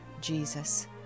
Jesus